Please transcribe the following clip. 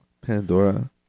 pandora